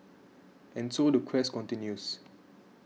and so the quest continues